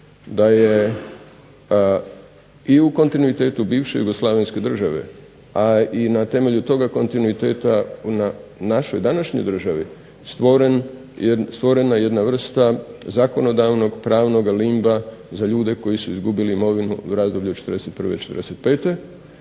da je i u kontinuitetu bivše Jugoslavenske države a i na temelju toga kontinuiteta na našoj današnjoj državi stvorena jedna vrsta zakonodavnog pravnog limba za ljude koji su izgubili imovinu u razdoblju od '41. do '45.